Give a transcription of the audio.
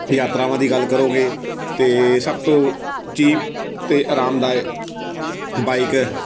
ਯਾਤਰਾਵਾਂ ਦੀ ਗੱਲ ਕਰੋਗੇ ਤਾਂ ਸਭ ਤੋਂ ਚੀਪ ਅਤੇ ਆਰਾਮਦਾਇਕ ਬਾਈਕ